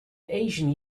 asian